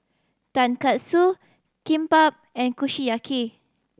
Tonkatsu Kimbap and Kushiyaki